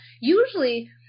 usually